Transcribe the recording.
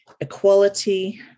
equality